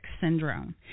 syndrome